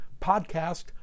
podcast